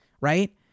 right